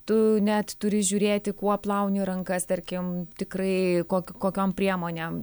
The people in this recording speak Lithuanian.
tu net turi žiūrėti kuo plauni rankas tarkim tikrai koki kokiom priemonėm